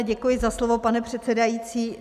Děkuji za slovo, pane předsedající.